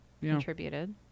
contributed